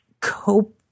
cope